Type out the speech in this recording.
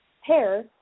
hair